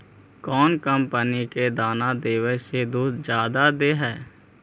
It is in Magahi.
कौन कंपनी के दाना देबए से दुध जादा दे है?